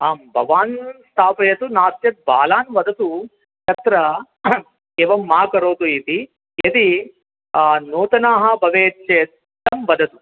आं भवान् स्थापयतु नास्ति चेत् बालान् वदतु तत्र एवं मा करोतु इति यदि नूतनाः भवेत् चेत् तं वदतु